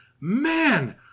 man